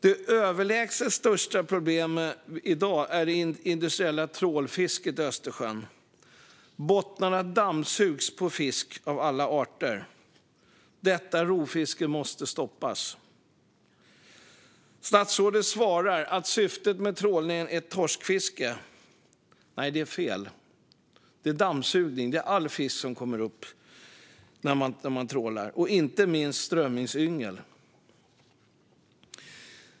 Det överlägset största problemet i dag är det industriella trålfisket i Östersjön. Bottnarna dammsugs på fisk av alla arter. Detta rovfiske måste stoppas. Statsrådet svarar att syftet med trålningen är torskfiske. Nej, det är fel. Det är dammsugning. All fisk kommer upp när man trålar, inte minst strömmingsyngel.